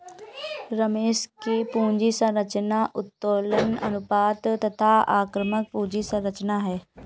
रमेश की पूंजी संरचना उत्तोलन अनुपात तथा आक्रामक पूंजी संरचना है